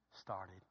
started